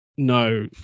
No